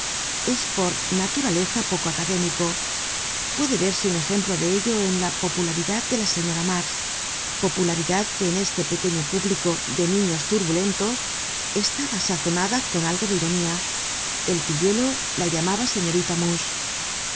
es por naturaleza poco académico puede verse un ejemplo de ello en la popularidad de la señorita mars popularidad que en este pequeño público de niños turbulentos estaba sazonada con algo de ironía el pilluelo la llamaba señorita muche